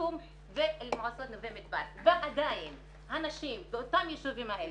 אלקסום ונווה מדבר ועדיין הנשים באותם היישובים האלה,